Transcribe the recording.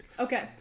Okay